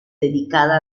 dedicada